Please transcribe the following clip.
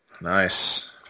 Nice